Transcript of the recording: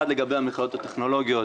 אחד לגבי המכללות הטכנולוגיות,